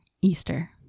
Easter